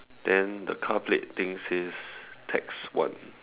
then the car plate thing says tax one